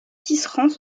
tisserands